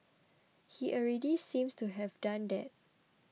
he already seems to have done that